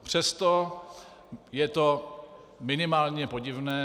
Přesto je to minimálně podivné.